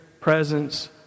presence